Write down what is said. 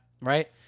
Right